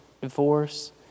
divorce